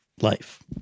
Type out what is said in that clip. life